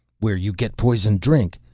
where you get poison drink?